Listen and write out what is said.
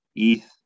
Eth